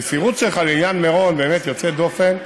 המסירות שלך לעניין מירון באמת יוצאת דופן.